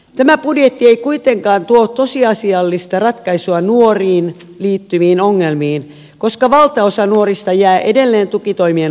tämä budjetti ei kuitenkaan tuo tosiasiallista ratkaisua nuoriin liittyviin ongelmiin koska valtaosa nuorista jää edelleen tukitoimien ulkopuolelle